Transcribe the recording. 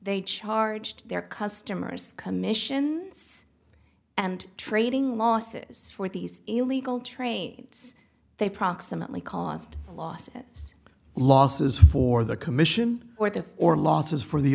they charged their customers commissions and trading losses for these illegal trades they proximately cost of lawsuits losses for the commission or the or losses for the